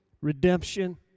redemption